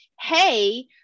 hey